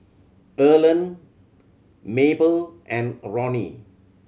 Erland Mabel and Roni